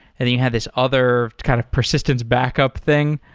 and you had this other kind of persistence backup thing.